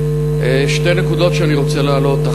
שתי נקודות שאני רוצה להעלות,